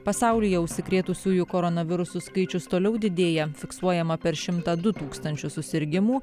pasaulyje užsikrėtusiųjų koronavirusu skaičius toliau didėja fiksuojama per šimtą du tūkstančius susirgimų